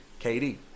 KD